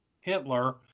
Hitler